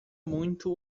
muito